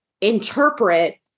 interpret